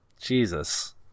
Jesus